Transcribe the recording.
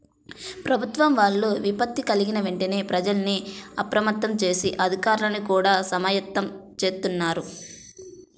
ప్రభుత్వం వాళ్ళు విపత్తు కల్గిన వెంటనే ప్రజల్ని అప్రమత్తం జేసి, అధికార్లని గూడా సమాయత్తం జేత్తన్నారు